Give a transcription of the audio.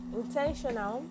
intentional